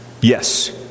Yes